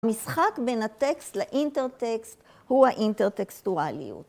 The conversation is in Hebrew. משחק בין הטקסט לאינטר-טקסט הוא האינטר-טקסטואליות.